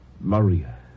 Maria